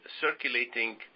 circulating